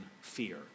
fear